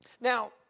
Now